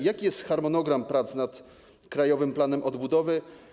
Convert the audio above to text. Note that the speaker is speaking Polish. Jaki jest harmonogram prac nad krajowym planem odbudowy?